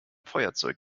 feuerzeug